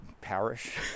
parish